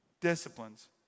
disciplines